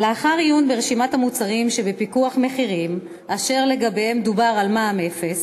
לאחר עיון ברשימת המוצרים שבפיקוח מחירים אשר לגביהם דובר על מע"מ אפס,